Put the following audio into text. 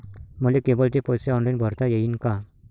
मले केबलचे पैसे ऑनलाईन भरता येईन का?